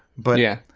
but yeah,